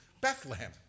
Bethlehem